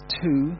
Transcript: two